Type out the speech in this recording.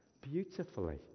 beautifully